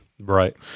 Right